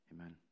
Amen